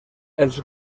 els